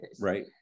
Right